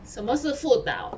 什么是辅导